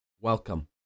welcome